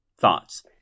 Thoughts